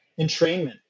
entrainment